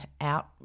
out